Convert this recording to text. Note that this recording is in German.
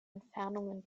entfernungen